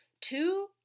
Two